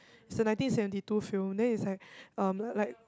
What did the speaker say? it's a nineteen seventy two film then it's like um like